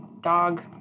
dog